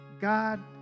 God